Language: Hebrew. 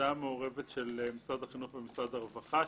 הסעה מעורבת של משרד החינוך ומשרד הרווחה,